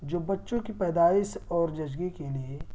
جو بچوں کی پیدائش اور زچگی کے لیے